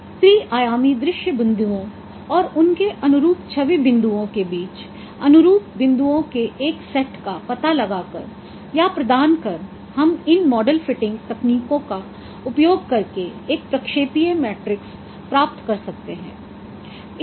तो त्रि आयामी दृश्य बिंदुओं और उनके अनुरूप छवि बिंदुओं के बीच अनुरूप बिंदुओं के एक सेट का पता लगा कर या प्रदान कर हम इन मॉडल फिटिंग तकनीकों का उपयोग करके एक प्रक्षेपीय मैट्रिक्स प्राप्त कर सकते हैं